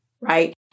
right